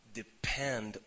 depend